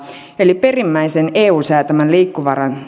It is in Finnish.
eli perimmäisen eun säätämän liikkumavaran